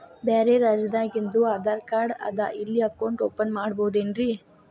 ಬ್ಯಾರೆ ರಾಜ್ಯಾದಾಗಿಂದು ಆಧಾರ್ ಕಾರ್ಡ್ ಅದಾ ಇಲ್ಲಿ ಅಕೌಂಟ್ ಓಪನ್ ಮಾಡಬೋದೇನ್ರಿ?